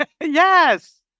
Yes